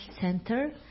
center